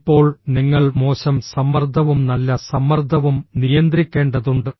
ഇപ്പോൾ നിങ്ങൾ മോശം സമ്മർദ്ദവും നല്ല സമ്മർദ്ദവും നിയന്ത്രിക്കേണ്ടതുണ്ട്